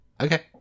Okay